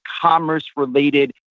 commerce-related